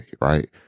right